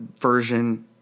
version